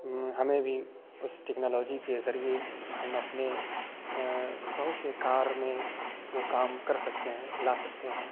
ہمیں بھی اس ٹیکنالوجی کے ذریعے ہم اپنے بہت سے کار میں وہ کام کر سکتے ہیں لا سکتے ہیں